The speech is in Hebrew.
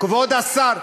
כבוד השר,